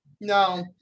No